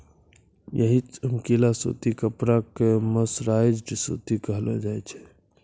यही चमकीला सूती कपड़ा कॅ मर्सराइज्ड सूती कहलो जाय छै